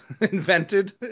invented